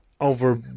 over